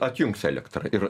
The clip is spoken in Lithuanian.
atjungs elektrą ir